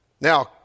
Now